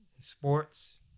Sports